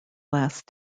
last